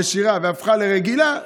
ישירה והפכה לרגילה,